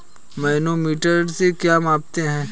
Manometer से क्या नापते हैं?